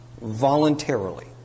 voluntarily